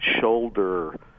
shoulder